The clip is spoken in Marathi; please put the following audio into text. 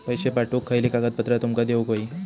पैशे पाठवुक खयली कागदपत्रा तुमका देऊक व्हयी?